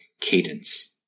cadence